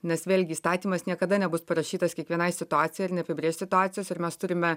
nes vėlgi įstatymas niekada nebus parašytas kiekvienai situacijai ir neapibrėš situacijos ir mes turime